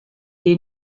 est